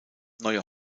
neue